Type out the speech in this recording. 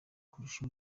kurusha